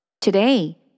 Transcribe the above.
Today